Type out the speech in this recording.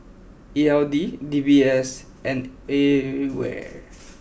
E L D D B S and A ware